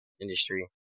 industry